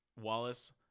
wallace